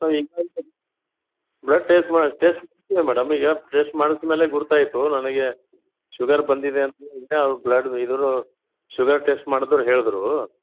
blood test ಮಾಡಿ test madam ಈಗ test ಮಾಡ್ಸ್ದ ಮೇಲೆ ಗೊತ್ತಾಯ್ತು ನನಗೆ ಶುಗರ್ ಬಂದಿದೆ ಅಂತ ಬ್ಲಡ್ ಇದ್ದರೂ ಶುಗರ್ ಟೆಸ್ಟ್ ಮಾಡಿದೋರ್ ಹೇಳಿದರು